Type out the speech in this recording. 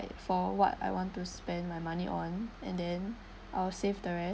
for what I want to spend my money on and then I'll save the rest